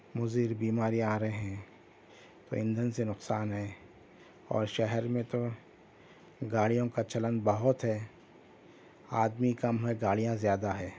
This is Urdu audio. مضر بیماریاں آ رہے ہیں تو ایندھن سے نقصان ہے اور شہر میں تو گاڑیوں کا چلن بہت ہے آدمی کم ہیں گاڑیاں زیادہ ہیں